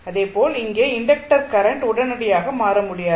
அதே போல் இங்கே இன்டக்டர் கரண்ட் உடனடியாக மாற முடியாது